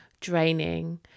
draining